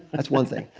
that's one thing.